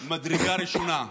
ממדרגה ראשונה,